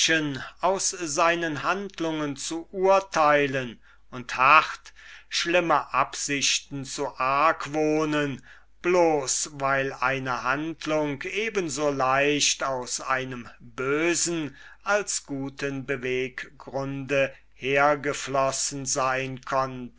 aus seinen handlungen zu urteilen und hart schlimme absichten zu argwohnen bloß weil eine handlung eben so leicht aus einem bösen als guten beweggrunde hergeflossen sein konnte